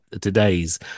today's